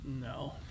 No